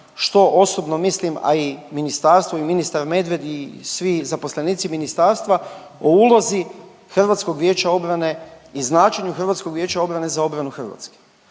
što osobno mislim, a i ministarstvo i ministar Medved i svi zaposlenici ministarstva, o ulozi HVO-a i značenju HVO-a za obranu Hrvatske.